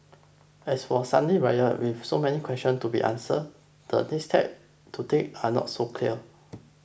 as for Sunday's riot with so many questions to be answered the next steps to take are not so clear